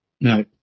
No